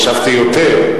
חשבתי יותר,